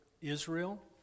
Israel